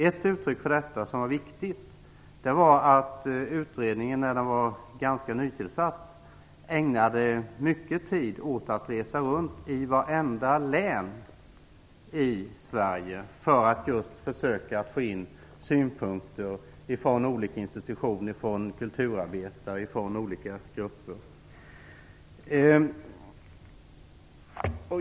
Ett uttryck för detta, och det är viktigt, är att utredningen när den var nytillsatt ägnade mycket tid åt att resa runt i vartenda län i Sverige för att få in synpunkter från olika institutioner, kulturarbetare och olika grupper.